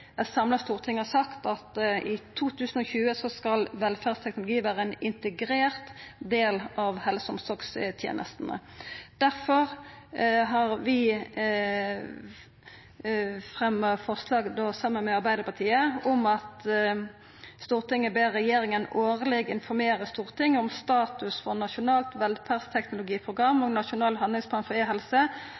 eit samla storting har sagt, at i 2020 skal velferdsteknologi vera ein integrert del av helse- og omsorgstenestene. Difor har vi saman med Arbeidarpartiet fremja følgjande forslag: «Stortinget ber regjeringen årlig informere Stortinget om status for Nasjonalt velferdsteknologiprogram og Nasjonal handlingsplan for